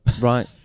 Right